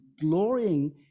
glorying